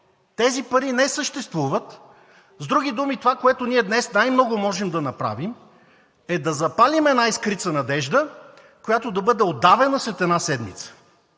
Тези пари не съществуват. С други думи, това, което ние днес най-много можем да направим, е да запалим една искрица надежда, която да бъде удавена след една седмица